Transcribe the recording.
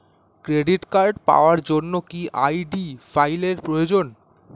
Credit card পাওয়ার জন্য কি আই.ডি ফাইল এর প্রয়োজন?